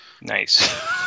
Nice